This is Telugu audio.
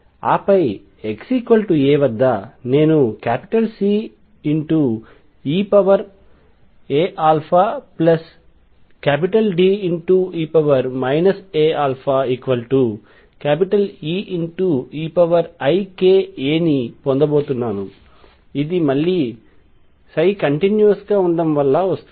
ఆపై xa వద్ద నేను C eαaD e αaE eikaని పొందబోతున్నాను ఇది మళ్లీ కంటిన్యూస్ గా ఉండటం వలన వస్తుంది